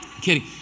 Kidding